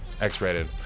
X-rated